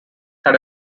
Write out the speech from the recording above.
had